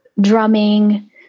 drumming